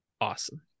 Awesome